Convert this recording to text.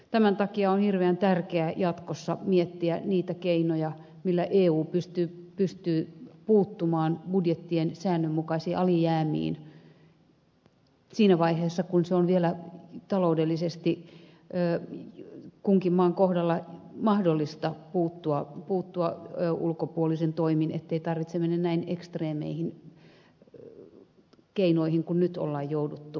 tämän takia on hirveän tärkeää jatkossa miettiä niitä keinoja millä eu pystyy puuttumaan budjettien säännönmukaisiin alijäämiin siinä vaiheessa kun kunkin maan kohdalla on vielä taloudellisesti mahdollista puuttua ulkopuolisin toimin ettei tarvitse mennä näin extremeihin keinoihin kuin mihin nyt on jouduttu menemään